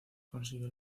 consiguió